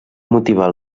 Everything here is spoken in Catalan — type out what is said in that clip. motivar